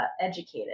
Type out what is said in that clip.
Educated